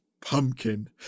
Pumpkin